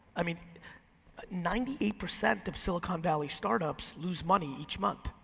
i mean ninety eight percent of silicon valley startups lose money each month.